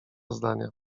zdania